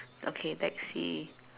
okay taxi